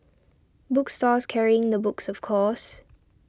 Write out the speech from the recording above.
book stores carrying the books of course